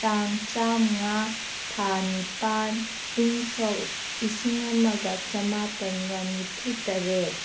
ꯇꯥꯡ ꯇꯔꯥ ꯃꯉꯥ ꯊꯥ ꯅꯤꯄꯥꯜ ꯏꯪ ꯁꯣꯛ ꯂꯤꯁꯤꯡ ꯑꯃꯒ ꯆꯃꯥꯄꯜꯒ ꯅꯤꯐꯨ ꯇꯔꯦꯠ